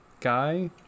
guy